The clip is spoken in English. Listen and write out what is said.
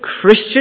Christian